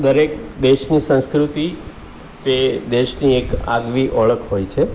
દરેક દેશની સંસ્કૃતિ તે દેશની એક આગવી ઓળખ હોય છે